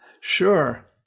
sure